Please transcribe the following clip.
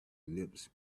lips